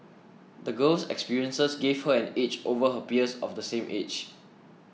the girl's experiences gave her an edge over her peers of the same age